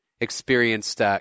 experienced